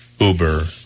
Uber